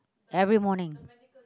every morning